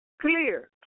clear